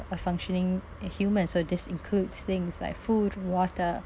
a functioning human so this includes things like food water